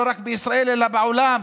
לא רק בישראל אלא בעולם?